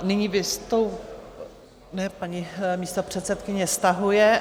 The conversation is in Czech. Nyní vystoupí... paní místopředsedkyně stahuje.